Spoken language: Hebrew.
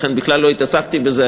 לכן בכלל לא התעסקתי עם זה.